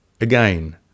Again